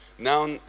Now